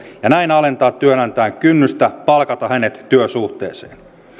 ja näin alentaa työnantajan kynnystä palkata hänet työsuhteeseen